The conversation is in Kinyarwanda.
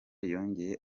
yongeye